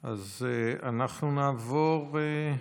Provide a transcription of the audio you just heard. אז אנחנו נעבור, כן,